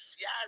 yes